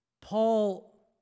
Paul